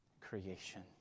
creation